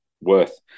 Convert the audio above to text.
worth